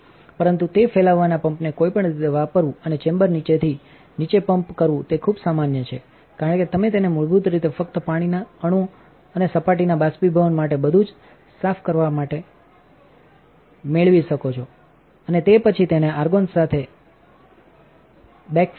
પરંતુ તે ફેલાવવાના પંપને કોઈપણ રીતે વાપરવું અને ચેમ્બરને નીચેથી નીચે પમ્પ કરવું તે ખૂબ સામાન્ય છે કારણ કે તમે તેને મૂળભૂત રીતે ફક્તપાણીના અણુઓ અને સપાટીના બાષ્પીભવન માટે બધુંજ સાફકરવામાટે મેળવી શકો છો અને તે પછી તેને આર્ગન સાથે બેકફિલ કરો